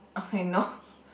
okay no